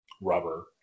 rubber